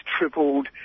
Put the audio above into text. tripled